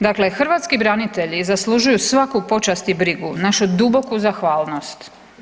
Dakle hrvatski branitelji zaslužuju svaku počast i brigu, našu duboku zahvalnost.